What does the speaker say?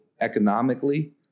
economically